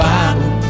Bible